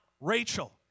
Rachel